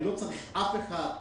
אני לא צריך אף אחד,